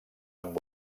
amb